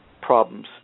problems